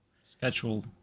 schedule